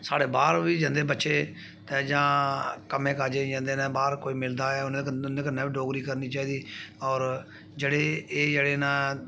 साढ़े बाह्र बी जंदे बच्चे ते जां कम्मै काजे गी जंदे न बाह्र कोई मिलदा ऐ उं'दे कन्नै बी डोगरी करनी चाहिदी होर जेह्ड़ी एह् जेह्डे़ न